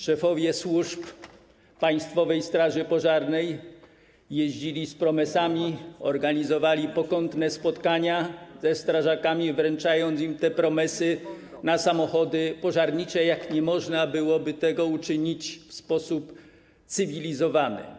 Szefowie służb, Państwowej Straży Pożarnej jeździli z promesami, organizowali pokątne spotkania ze strażakami, wręczając im te promesy na samochody pożarnicze, jakby nie można było tego uczynić w sposób cywilizowany.